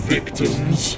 Victims